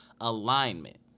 alignment